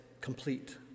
complete